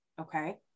Okay